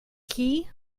key